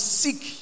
seek